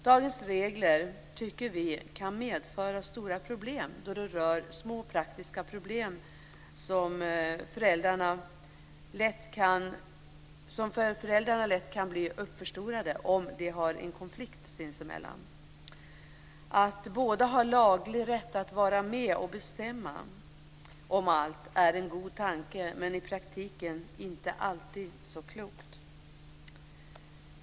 Dagens regler kan medföra stora problem rörande små praktiska frågor, som lätt kan bli uppförstorade av föräldrarna om de har en konflikt sinsemellan. Att båda har laglig rätt att vara med och bestämma om allt är en god tanke men i praktiken inte alltid så klokt.